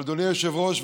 אבל אדוני היושב-ראש,